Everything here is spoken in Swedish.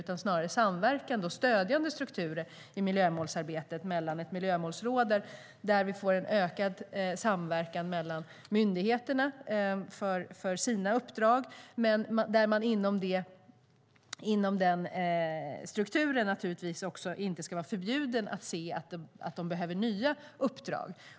Det ska i stället vara samverkande och stödjande strukturer i miljömålsarbetet, med ett miljömålsråd där vi får en ökad samverkan mellan myndigheterna för deras uppdrag. Man ska dock inom den strukturen naturligtvis inte heller vara förbjuden att se att de behöver nya uppdrag.